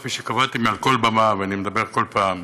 כפי שקבעתי מעל כל במה ואני מדבר כל פעם: